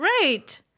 Right